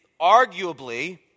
arguably